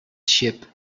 sheep